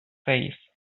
safe